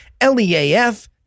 L-E-A-F